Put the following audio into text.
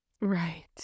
Right